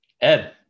Ed